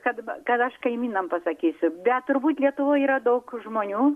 kad kad aš kaimynam pasakysiu bet turbūt lietuvoj yra daug žmonių